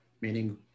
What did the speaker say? meaning